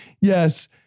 yes